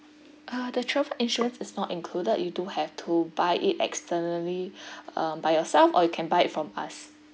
uh the travel insurance is not included you do have to buy it externally uh by yourself or you can buy it from us